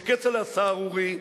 שכצל'ה הסהרורי,